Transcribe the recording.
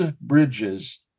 bridges